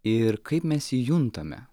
ir kaip mes jį juntame